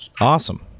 Awesome